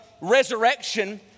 resurrection